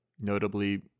notably